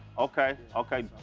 okay, okay.